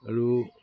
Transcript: আৰু